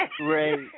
Great